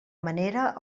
manera